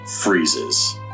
freezes